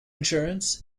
insurance